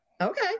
Okay